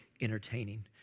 entertaining